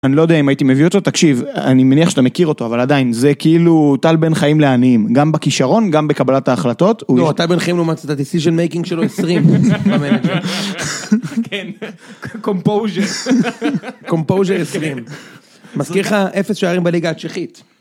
אני לא יודע אם הייתי מביא אותו, תקשיב, אני מניח שאתה מכיר אותו, אבל עדיין, זה כאילו טל בן חיים לעניים, גם בכשרון, גם בקבלת ההחלטות. לא טל בן חיים לעומת זאת ה-decision-making שלו עשרים. קומפוז'ר עשרים, מזכיר לך אפס שערים בליגה הצ'כית.